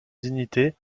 dignité